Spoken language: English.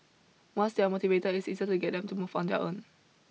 once they are motivated it's easier to get them to move on their own